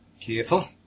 Careful